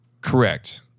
Correct